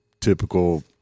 typical